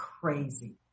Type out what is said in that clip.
crazy